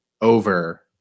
over